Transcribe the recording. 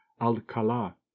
alcala